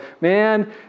man